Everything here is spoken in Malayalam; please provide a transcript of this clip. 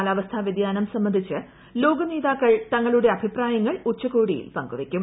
കാലാവസ്ഥാ വൃതിയാനം സംബന്ധിച്ച് ലോകനേതാക്കൾ തങ്ങളുടെ അഭിപ്രായങ്ങൾ ഉച്ചകോടിയിൽ പങ്കുവയ്ക്കും